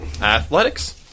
Athletics